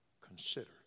Consider